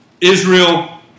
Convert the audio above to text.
Israel